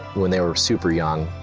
and they were super young.